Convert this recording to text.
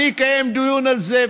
אני אקיים דיון על זה.